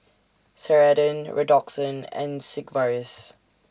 Ceradan Redoxon and Sigvaris